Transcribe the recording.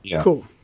cool